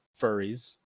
furries